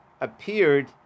appeared